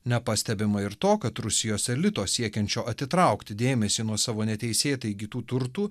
nepastebima ir to kad rusijos elito siekiančio atitraukti dėmesį nuo savo neteisėtai įgytų turtų